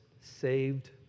saved